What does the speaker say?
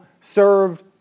served